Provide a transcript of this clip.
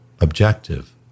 objective